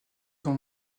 dans